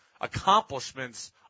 accomplishments